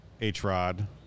H-Rod